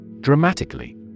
Dramatically